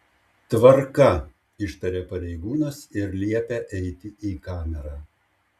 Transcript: tvarka ištaria pareigūnas ir liepia eiti į kamerą